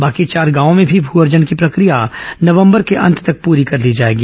बाकी चार गांवों में भी भ अर्जन की प्रक्रिया नवंबर के अंत तक पूरी कर ली जाएगी